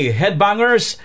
headbangers